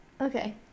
okay